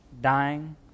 Dying